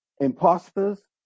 imposters